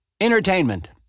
entertainment